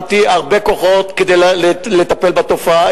שמתי הרבה כוחות כדי לטפל בתופעה.